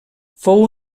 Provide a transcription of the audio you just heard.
fou